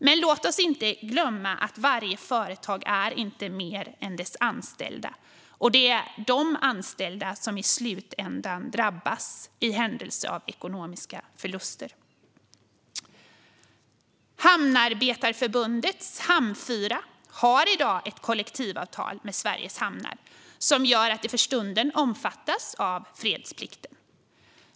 Men låt oss inte glömma att varje företag inte är mer sina anställda och att det är de anställda som i slutändan drabbas i händelse av ekonomiska förluster. Hamnarbetarförbundets Hamnfyran har i dag ett kollektivavtal med Sveriges Hamnar som gör att de för stunden omfattas av fredsplikten.